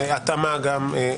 זה נשאר.